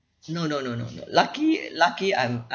no no no no no lucky lucky I'm